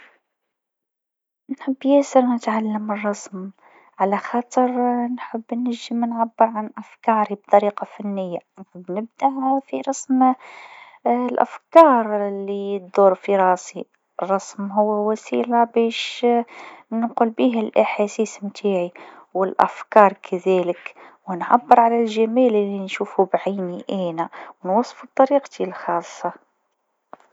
المهارة اللي نتمنى لو كانت عندي هي العزف على آلة موسيقية، خاصة البيانو. نحب الموسيقى برشا، ونعرف اللي العزف يعطي إحساس جميل ويخليك تعبر عن نفسك بطريقة مختلفة. تخيل كيفاش نقدر نلعب أغاني نحبها ونجمع الأصحاب حولي. الموسيقى تخلي الأجواء زينة ونتمنى نقدر نكون جزء من هالجو!